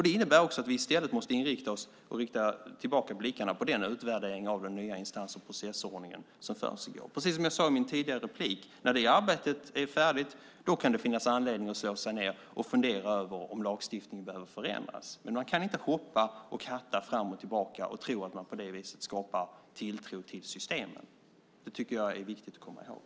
Det innebär också att vi i stället måste rikta tillbaka blickarna på den utvärdering av den nya instans och processordningen som försiggår. Precis som jag sade i min tidigare replik: När det arbetet är färdigt kan det finnas anledning att slå sig ned och fundera över om lagstiftningen behöver förändras. Men man kan inte hoppa och hatta fram och tillbaka och tro att man på det viset skapar tilltro till systemen. Det tycker jag att det är viktigt att komma ihåg.